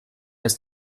ist